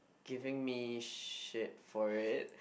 giving me shit for it